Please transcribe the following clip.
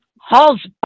Hall's